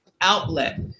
outlet